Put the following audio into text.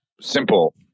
simple